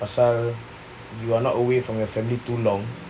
pasal you are not away from your family too long